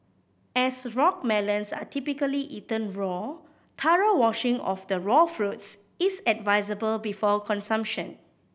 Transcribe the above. as rock melons are typically eaten raw thorough washing of the raw fruits is advisable before consumption